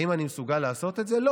האם אני מסוגל לעשות את זה?